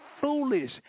foolish